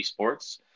Esports